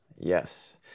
yes